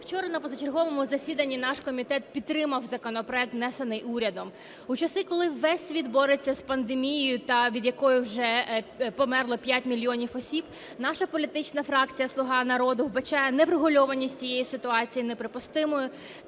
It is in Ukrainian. Вчора на позачерговому засіданні наш комітет підтримав законопроект, внесений урядом. У часи, коли весь світ бореться з пандемією, від якої вже померло 5 мільйонів осіб, наша політична фракція "Слуга народу" вбачає неврегульованість цієї ситуації неприпустимою,